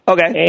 Okay